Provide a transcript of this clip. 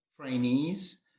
trainees